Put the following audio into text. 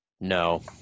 No